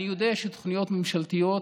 אני יודע שתוכניות ממשלתיות,